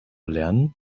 lernen